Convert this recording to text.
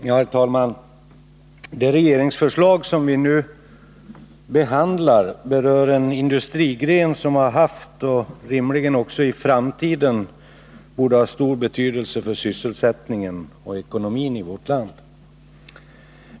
Herr talman! Det regeringsförslag som vi nu behandlar berör en industrigren som har haft och rimligen i framtiden borde ha stor betydelse för sysselsättningen och ekonomin i vårt land.